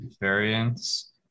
variance